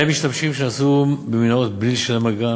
ובהם משתמשים שנסעו במנהרות בלי לשלם אגרה,